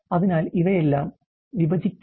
അതിനാൽ ഇവയെല്ലാം വിഭജിക്കാം